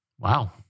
Wow